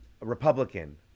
Republican